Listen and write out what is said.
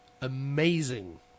Amazing